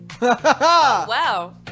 Wow